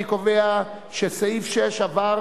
אני קובע שסעיף 6 עבר,